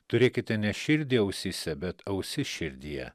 turėkite ne širdį ausyse bet ausis širdyje